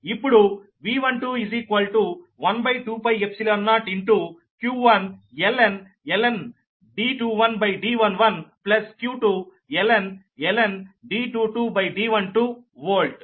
ఇప్పుడు V12 12π0 q1ln D21D11q2ln D22D12 volt